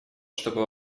чтобы